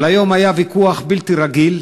אבל היום היה ויכוח בלתי רגיל